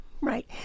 right